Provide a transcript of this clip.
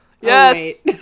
Yes